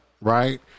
right